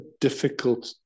difficult